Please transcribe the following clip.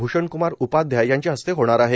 भ्षणक्मार उपाध्याय यांच्या हस्ते होणार आहे